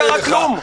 לא קרה כלום.